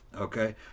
Okay